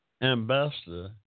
ambassador